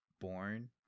born